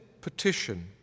petition